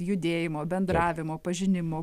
judėjimo bendravimo pažinimo